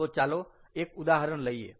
તો ચાલો એક ઉદાહરણ લઈએ